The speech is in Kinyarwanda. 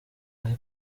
aho